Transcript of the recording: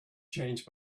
changed